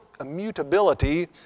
immutability